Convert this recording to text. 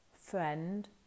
friend